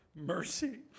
Mercy